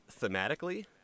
thematically